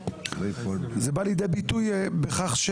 זה בא לידי ביטוי בכך,